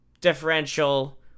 differential